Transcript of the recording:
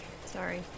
Sorry